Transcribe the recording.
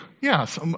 Yes